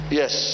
yes